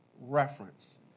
reference